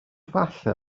falle